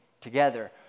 together